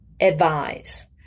advise